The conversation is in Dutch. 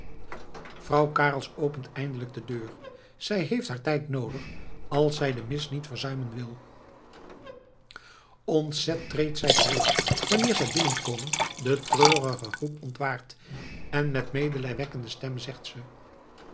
vrouw carels opent eindelijk de deur zij heeft haar tijd noodig als zij de mis niet verzuimen wil ontzet treedt zij terug wanneer zij binnenkomend de treurige groep ontwaart en met medelijdende stem zegt ze